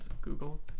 Google